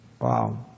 Wow